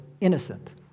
innocent